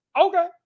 Okay